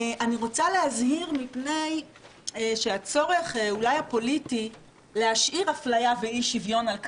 אני רוצה להזהיר מפני הצורך הפוליטי להשאיר אפליה ואי-שוויון על כנם,